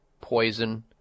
Poison